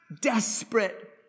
desperate